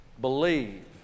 believe